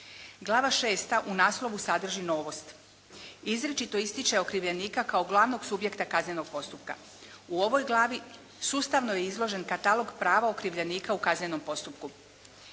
Glava šesta u naslovu sadrži novost. Izričito ističe okrivljenika kao glavnog subjekta kaznenog postupka. U ovoj glavi sustavno je izložen katalog prava okrivljenika u kaznenom postupku.